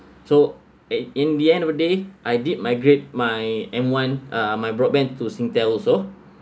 so in in the end of the day I did migrate my m one uh my broadband to singtel also